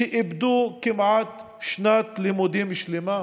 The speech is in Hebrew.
שאיבדו כמעט שנת לימודים שלמה?